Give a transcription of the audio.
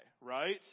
Right